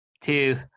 two